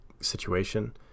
situation